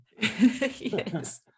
Yes